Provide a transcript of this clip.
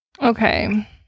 Okay